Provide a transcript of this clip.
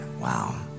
Wow